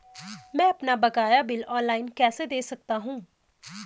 मैं अपना बकाया बिल ऑनलाइन कैसे दें सकता हूँ?